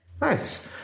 Nice